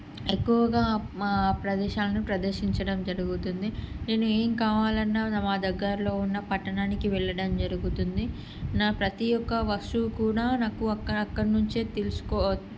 ఎక్కువగా మా ప్రదేశాలను ప్రదర్శించడం జరుగుతుంది నేను ఏం కావాలన్నా మా దగ్గరలో ఉన్న పట్టణానికి వెళ్ళడం జరుగుతుంది నా ప్రతి ఒక్క వస్తువు కూడా నాకు అక్కడక్కడ నుంచే తెలుసుకో